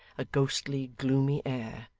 a ghostly, gloomy air.